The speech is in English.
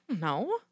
no